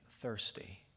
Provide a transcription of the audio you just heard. thirsty